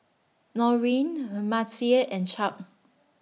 Norine Her Mattye and Chuck